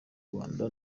rwanda